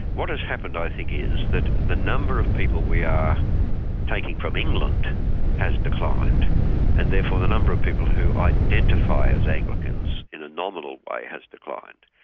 what has happened i think is, that the number of people we are taking from england has declined and therefore the number of people who identify as anglicans in a nominal way has declined.